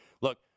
look